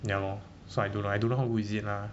ya lor so I don't know I don't know how good is it lah